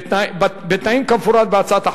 בתנאים כמפורט בהצעת החוק.